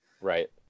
Right